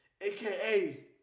aka